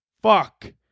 fuck